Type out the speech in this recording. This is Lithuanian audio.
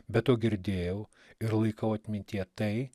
be to girdėjau ir laikau atmintyje tai